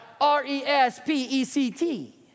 R-E-S-P-E-C-T